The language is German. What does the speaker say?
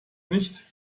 nicht